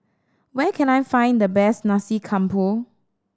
where can I find the best Nasi Campur